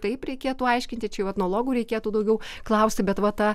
taip reikėtų aiškinti čia jau etnologų daugiau klausti bet va ta